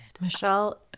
Michelle